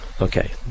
Okay